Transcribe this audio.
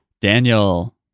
Daniel